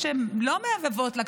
שלא מהבהבות לה,